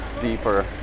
deeper